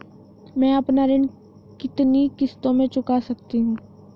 मैं अपना ऋण कितनी किश्तों में चुका सकती हूँ?